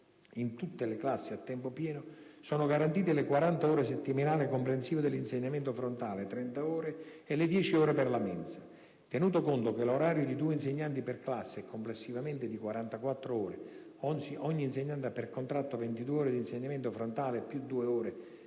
in tutte le classi a tempo pieno sono garantite le 40 ore settimanali comprensive dell'insegnamento frontale (30 ore) e le 10 ore per la mensa. Tenuto conto che l'orario di due insegnanti per classe è complessivamente di 44 ore (ogni insegnante ha per contratto 22 ore di insegnamento frontale più 2 ore di programmazione